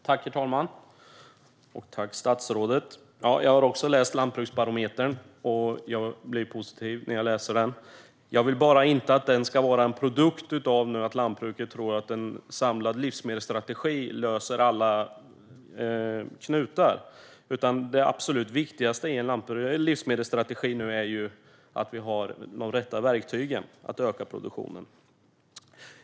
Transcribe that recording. Herr talman! Jag tackar statsrådet. Jag har också läst Lantbruksbarometern, och jag blir positiv när jag läser den. Jag vill bara inte att den ska vara en produkt av att lantbruket tror att en samlad livsmedelsstrategi löser alla knutar. Det absolut viktigaste i livsmedelsstrategin är att vi har de rätta verktygen för att öka produktionen.